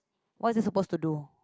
what is it supposed to do